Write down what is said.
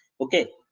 okay,